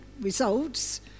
results